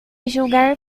julgar